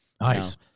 nice